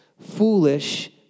foolish